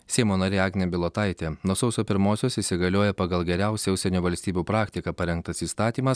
seimo narė agnė bilotaitė nuo sausio pirmosios įsigalioja pagal geriausią užsienio valstybių praktiką parengtas įstatymas